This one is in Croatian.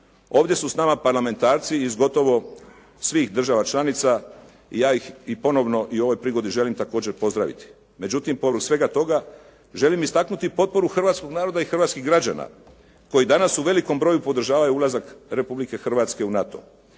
Ovdje su s nama parlamentarci iz gotovo svih država članica i ja ih i ponovno i u ovoj prigodi želim također pozdraviti. Međutim, povrh svega toga, želim istaknuti potporu hrvatskog naroda i hrvatskih građana koji danas u velikom broju podržavaju ulazak Republike Hrvatske u NATO.